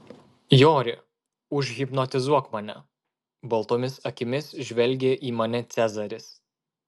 jori užhipnotizuok mane baltomis akimis žvelgė į mane cezaris